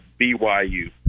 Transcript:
BYU